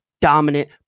dominant